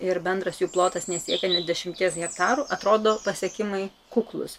ir bendras jų plotas nesiekia nė dešimties hektarų atrodo pasiekimai kuklūs